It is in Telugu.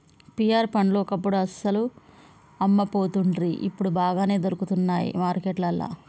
పియార్ పండ్లు ఒకప్పుడు అస్సలు అమ్మపోతుండ్రి ఇప్పుడు బాగానే దొరుకుతానయ్ మార్కెట్లల్లా